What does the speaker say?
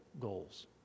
goals